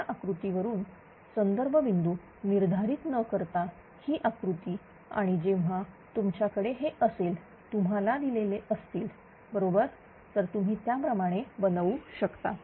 या आकृतीवरून संदर्भ बिंदू निर्धारित न करता ही आकृती आणि जेव्हा तुमच्याकडे हे असेल तुम्हाला दिलेले असतील बरोबर तर तुम्ही त्याप्रमाणे बनवू शकता